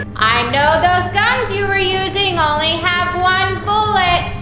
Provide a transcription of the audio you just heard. i know those guns you were using only have one bullet!